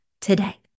today